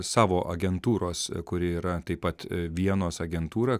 savo agentūros kuri yra taip pat vienos agentūra